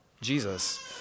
Jesus